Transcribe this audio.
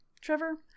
trevor